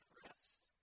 rest